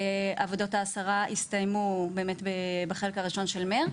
ועבודות ההסרה הסתיימו באמת בחלק הראשון של מרץ.